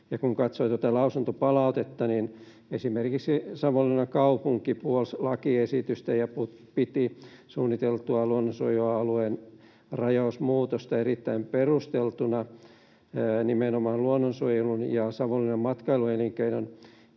kun katsoo tätä lausuntopalautetta, niin esimerkiksi Savonlinnan kaupunki puolsi lakiesitystä ja piti suunniteltua luonnonsuojelualueen rajausmuutosta erittäin perusteltuna nimenomaan luonnonsuojelun kannalta ja hyvänä Savonlinnan matkailuelinkeinon